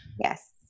Yes